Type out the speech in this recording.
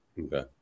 okay